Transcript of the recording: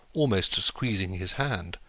almost squeezing his hand,